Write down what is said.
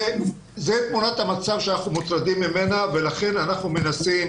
זאת תמונת המצב ממנה אנחנו מוטרדים ולכן אנחנו מנסים